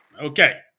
okay